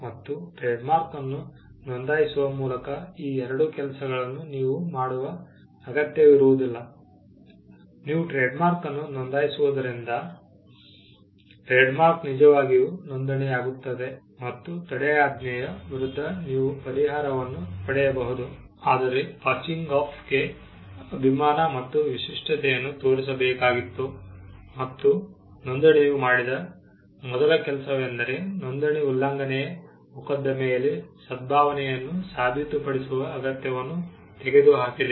ಮತ್ತು trademark ಅನ್ನು ನೋಂದಾಯಿಸುವ ಮೂಲಕ ಈ ಎರಡು ಕೆಲಸಗಳನ್ನು ನೀವು ಮಾಡುವ ಅಗತ್ಯವಿರುವುದಿಲ್ಲ ನೀವು ಟ್ರೇಡ್ ಮಾರ್ಕ್ ಅನ್ನು ನೊಂದಾಯಿಸುವುದರಿಂದ ಟ್ರೇಡಮಾರ್ಕ್ ನಿಜವಾಗಿಯೂ ನೋಂದಣಿಯಾಗುತ್ತದೆ ಮತ್ತು ತಡೆಯಾಜ್ಞೆಯ ವಿರುದ್ಧ ನೀವು ಪರಿಹಾರವನ್ನು ಪಡೆಯಬಹುದು ಆದರೆ ಪಾಸಿಂಗ್ ಆಫ್ ಗೆ ಅಭಿಮಾನ ಮತ್ತು ವಿಶಿಷ್ಟತೆಯನ್ನು ತೋರಿಸಬೇಕಾಗಿತ್ತು ಮತ್ತು ನೋಂದಣಿಯು ಮಾಡಿದ ಮೊದಲ ಕೆಲಸವೆಂದರೆ ನೋಂದಣಿ ಉಲ್ಲಂಘನೆಯ ಮೊಕದ್ದಮೆಯಲ್ಲಿ ಸದ್ಭಾವನೆಯನ್ನು ಸಾಬೀತುಪಡಿಸುವ ಅಗತ್ಯವನ್ನು ತೆಗೆದುಹಾಕಿದೆ